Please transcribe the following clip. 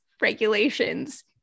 regulations